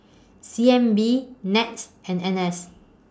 C N B Nets and N S